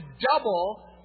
double